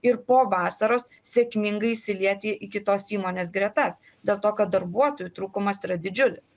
ir po vasaros sėkmingai įsilieti į kitos įmonės gretas dėl to kad darbuotojų trūkumas yra didžiulis